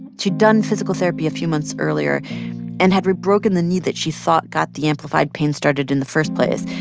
she'd done physical therapy a few months earlier and had rebroken the knee that she thought got the amplified pain started in the first place.